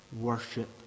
worship